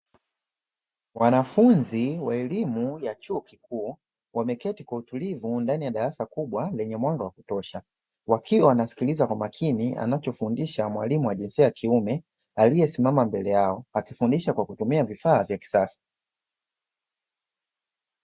Wanafunzi wa elimu ya chuo kikuu, wameketi kwa utulivu ndani ya darasa kubwa lenye mwanga wa kutosha, wakiwa wanasikiliza kwa umakini anachofundisha mwalimu wa jinsia ya kiume, aliyesimama mbele yao akifundisha kwa kutumia vifaa vya kisasa.